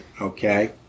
Okay